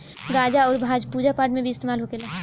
गांजा अउर भांग पूजा पाठ मे भी इस्तेमाल होखेला